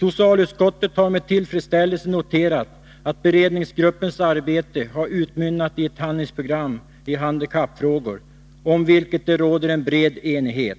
Socialutskottet har med tillfredsställelse noterat att beredningsgruppens arbete har utmynnat i ett handlingsprogram i handikappfrågor om vilket det råder en bred enighet.